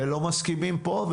ולא מסכימים פה,